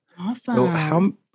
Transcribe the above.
Awesome